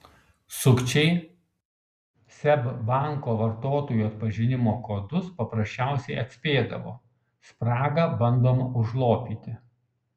sukčiai seb banko vartotojų atpažinimo kodus paprasčiausiai atspėdavo spragą bandoma užlopyti